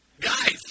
Guys